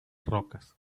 rocas